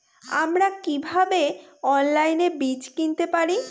আমরা কীভাবে অনলাইনে বীজ কিনতে পারি?